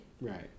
right